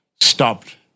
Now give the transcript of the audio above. stopped